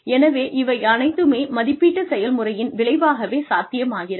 எனவே இவை அனைத்துமே மதிப்பீட்டுச் செயல்முறையின் விளைவாகவே சாத்தியமாகிறது